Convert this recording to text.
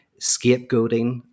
scapegoating